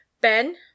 Ben